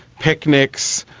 picnics,